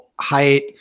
Height